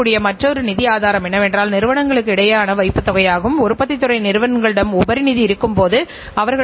மாறிவரும் சூழலில் நிறுவனங்கள் வெவ்வேறு துணை இலக்குகளை அல்லது முக்கியமான வெற்றிக் காரணிகளை அமைக்க வேண்டும் என்பதாகும்